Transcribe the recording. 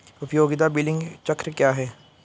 उपयोगिता बिलिंग चक्र क्या है?